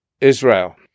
Israel